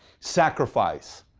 sacrifice.